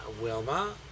Wilma